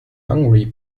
hungry